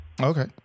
Okay